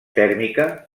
tèrmica